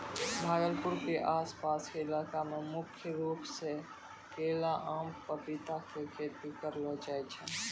भागलपुर के आस पास के इलाका मॅ मुख्य रूप सॅ केला, आम, पपीता के खेती करलो जाय छै